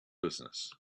business